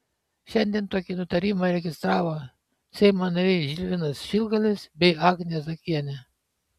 šiandien tokį nutarimą įregistravo seimo nariai žilvinas šilgalis bei agnė zuokienė